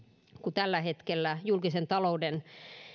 tällä hetkellä julkisen talouden